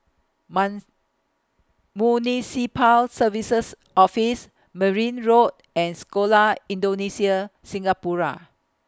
Mount Municipal Services Office Merryn Road and Sekolah Indonesia Singapura